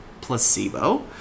placebo